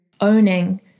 owning